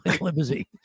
limousine